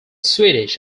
swedish